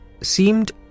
seemed